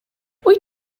wyt